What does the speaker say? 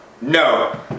No